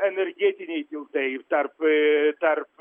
energetiniai tiltai ir tarp ee tarp